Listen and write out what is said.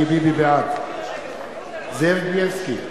בעד זאב בילסקי,